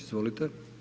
Izvolite.